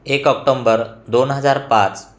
एक ऑक्टोंबर दोन हजार पाच